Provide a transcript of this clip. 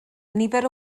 nifer